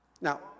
Now